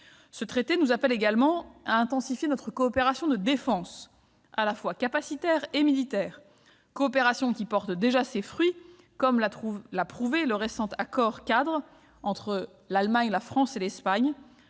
Ce traité nous appelle également à intensifier notre coopération de défense, à la fois capacitaire et militaire. Cette coopération porte déjà ses fruits, comme le montre la signature du récent accord-cadre entre l'Allemagne, la France et l'Espagne